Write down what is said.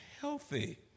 healthy